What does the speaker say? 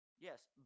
yes